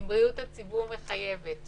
אם בריאות הציבור מחייבת